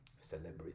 celebrity